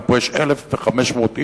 כי פה יש 1,500 איש,